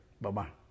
Bye-bye